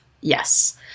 Yes